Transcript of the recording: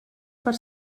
per